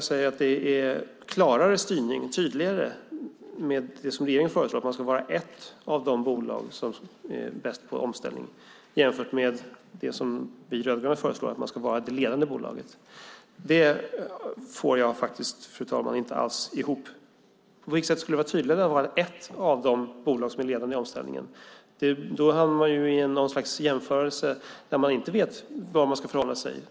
Han säger att det blir en klarare och tydligare styrning med det som regeringen föreslår, att Vattenfall ska vara ett av de bolag som är bäst på omställning, än med det som vi rödgröna föreslår, att Vattenfall ska vara det ledande bolaget. Det får jag inte alls ihop. På vilket sätt skulle det vara tydligare att man skulle vara ett av de bolag som är ledande i omställningen? Då hamnar man i något slags jämförelse där man inte vet hur man ska förhålla sig.